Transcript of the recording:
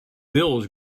bills